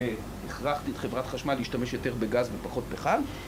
הכרחתי את חברת חשמל להשתמש יותר בגז ופחות בכלל